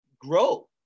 grow